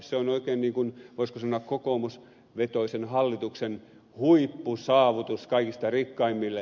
se on oikein voisiko sanoa kokoomusvetoisen hallituksen huippusaavutus kaikista rikkaimmille